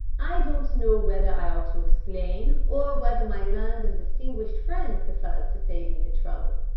i don't know whether i ought to explain or whether my learned and distinguished friend prefers to save me the trouble.